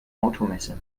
automesse